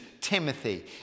Timothy